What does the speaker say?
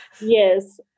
Yes